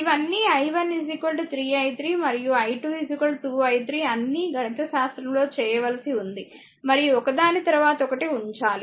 ఇవన్నీ i1 3 i 3 మరియు i2 2 i 3 అన్నీ గణితశాస్త్రంలో చేయవలసి ఉంది మరియు ఒకదాని తరువాత ఒకటి ఉంచాలి